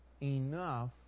enough